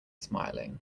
smiling